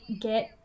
get